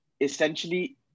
essentially